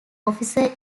officer